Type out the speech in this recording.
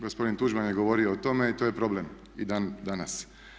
Gospodin Tuđman je govorio o tome i to je problem i dan danas.